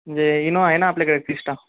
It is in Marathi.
म्हणजे इनो आहे ना आपल्याकडे फिस्टा